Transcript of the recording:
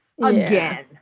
again